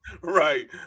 Right